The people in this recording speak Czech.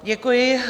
Děkuji.